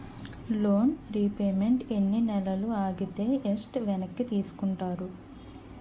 Loan repayment ఎన్ని నెలలు ఆగితే ఎసట్ వెనక్కి తీసుకుంటారు?